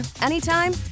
anytime